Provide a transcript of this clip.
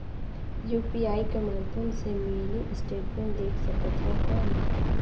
UPI कर माध्यम से मिनी स्टेटमेंट देख सकथव कौन?